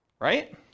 right